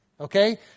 okay